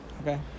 Okay